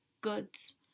goods